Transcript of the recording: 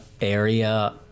area